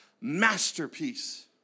masterpiece